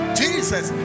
jesus